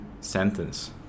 sentence